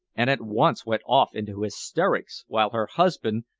and at once went off into hysterics, while her husband,